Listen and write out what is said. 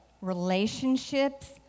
relationships